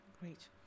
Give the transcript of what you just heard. Great